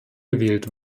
gewählt